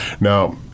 now